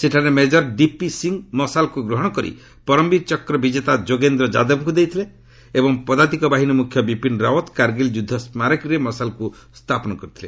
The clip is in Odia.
ସେଠାରେ ମେକର ଡିପି ସିଂହ ମସାଲ୍କୁ ଗ୍ରହଣ କରି ପରମବୀର ଚକ୍ର ବିଜେତା ଯୋଗେନ୍ଦ୍ର ଯାଦବକୁ ଦେଇଥିଲେ ଏବଂ ପଦାତିକ ବାହିନୀ ମୁଖ୍ୟ ବିପିନ୍ ରାଓ୍ୱତ୍ କାର୍ଗୀଲ୍ ଯୁଦ୍ଧ ସ୍କାରକୀରେ ମସାଲକୁ ସ୍ଥାପନ କରିଥିଲେ